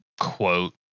quote